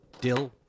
dill